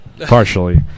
Partially